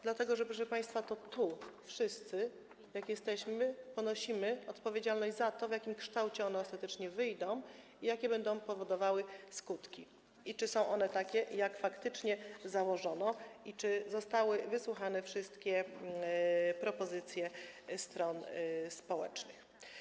Dlatego że, proszę państwa, wszyscy tu, jak jesteśmy, ponosimy odpowiedzialność za to, w jakim kształcie one ostatecznie wyjdą, jakie będą powodowały skutki, i czy są one takie, jak faktycznie założono, i czy zostały wysłuchane wszystkie propozycje stron społecznych.